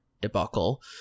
debacle